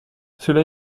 cela